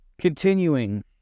Continuing